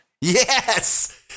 Yes